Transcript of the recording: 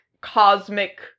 cosmic